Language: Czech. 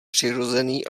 přirozený